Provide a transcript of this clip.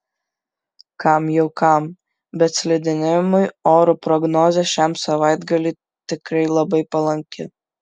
kam jau kam bet slidinėjimui orų prognozė šiam savaitgaliui tikrai labai palanki